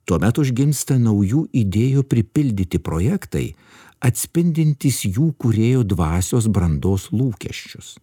tuomet užgimsta naujų idėjų pripildyti projektai atspindintys jų kūrėjo dvasios brandos lūkesčius